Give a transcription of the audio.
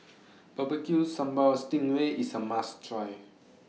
Barbecue Sambal Sting Ray IS A must Try